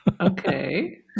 Okay